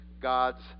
God's